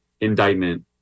indictment